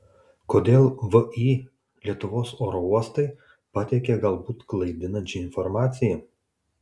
kodėl vį lietuvos oro uostai pateikė galbūt klaidinančią informaciją